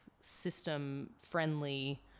system-friendly